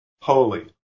Holy